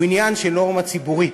הוא עניין של נורמה ציבורית.